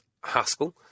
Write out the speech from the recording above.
Haskell